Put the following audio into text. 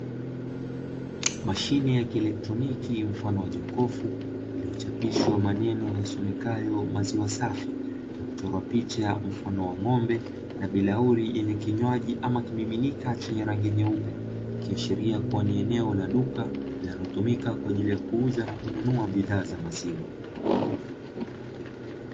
Mashine ya kieletroniki mfano wa jokofu, iliyochapishwa maneno yasomekayo "maziwa safi" na kuchorwa picha mfano wa ng'ombe na bilauri yenye kinywaji ama kimiminika chenye rangi nyeupe, ikiashiria kuwa ni eneo la duka linalotumika kwa ajili ya kuuza na kununua bidhaa za maziwa.